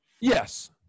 Yes